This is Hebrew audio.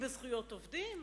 זאת היתה כוונתו.